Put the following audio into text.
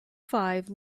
five